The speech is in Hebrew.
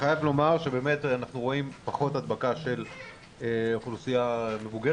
אני חייב לומר שבאמת אנחנו רואים פחות הדבקה של אוכלוסייה מבוגרת,